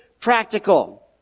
practical